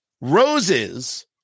roses